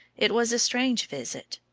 it was a strange visit.